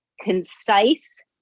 concise